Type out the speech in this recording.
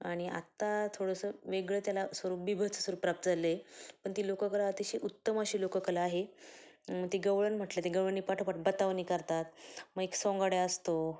आणि आत्ता थोडंसं वेगळं त्याला स्वरू बीभत्स स्वरूप प्राप्त झालेलं आहे पण ती लोककला अतिशय उत्तम अशी लोककला आहे ती गवळण म्हटलं ते गवळणी पाठोपाठ बतावणी करतात मग एक सोंगाड्या असतो